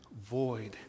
void